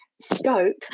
scope